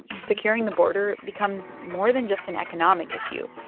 securing the border becomes more than just an economic issue.